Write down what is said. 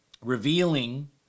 revealing